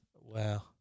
Wow